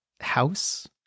house